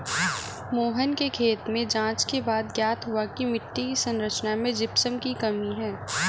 मोहन के खेत में जांच के बाद ज्ञात हुआ की मिट्टी की संरचना में जिप्सम की कमी है